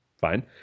Fine